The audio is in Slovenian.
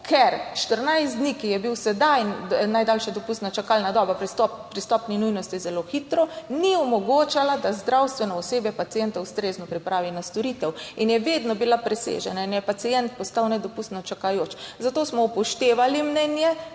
ker 14 dni, ki je bil sedaj najdaljša dopustna čakalna doba pri stopnji nujnosti zelo hitro ni omogočala, da zdravstveno osebje pacienta ustrezno pripravi na storitev in je vedno bila presežena. In je pacient postal nedopustno čakajoč. Zato smo upoštevali mnenje